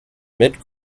mid